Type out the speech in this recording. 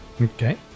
okay